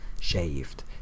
shaved